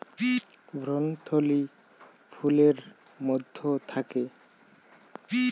ভ্রূণথলি ফুলের মধ্যে থাকে